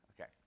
Okay